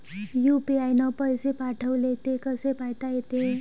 UPI न पैसे पाठवले, ते कसे पायता येते?